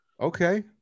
Okay